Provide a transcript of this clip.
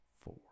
four